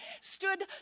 stood